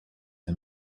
and